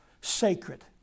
sacred